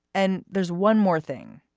and there's one more thing.